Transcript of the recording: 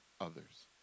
others